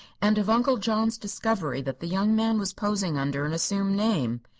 and of uncle john's discovery that the young man was posing under an assumed name.